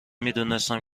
میدونستم